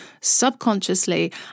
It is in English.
subconsciously